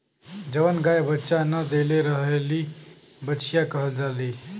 जवन गाय बच्चा न देले रहेली बछिया कहल जाली